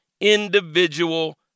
individual